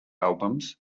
albums